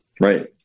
right